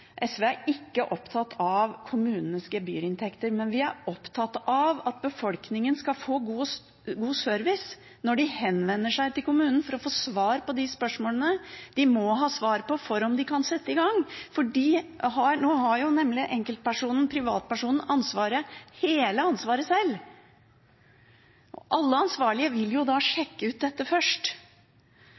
SV er ikke opptatt av kommunenes gebyrinntekter, men vi er opptatt av at befolkningen skal få god service når de henvender seg til kommunen for å få svar på de spørsmålene de må ha svar på for å sette i gang. Nå har nemlig enkeltpersonen – privatpersonen – hele ansvaret sjøl. Alle ansvarlige vil jo da sjekke ut dette først.